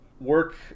work